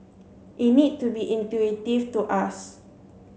it needs to be intuitive to us